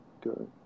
good